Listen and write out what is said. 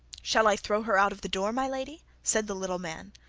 shall i throw her out of the door, my lady said the little man.